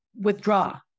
withdraw